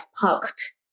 parked